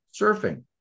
surfing